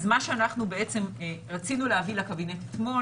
אז מה שאנחנו בעצם רצינו להביא לקבינט אתמול